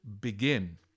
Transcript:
begin